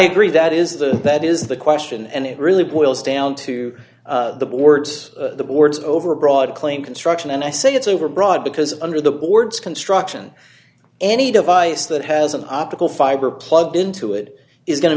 agree that is the that is the question and it really boils down to the boards the boards overbroad claim construction and i say it's overbroad because under the board's construction any device that has an optical fiber plugged into it is going to